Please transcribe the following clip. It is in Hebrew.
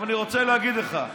אני רוצה להגיד לך,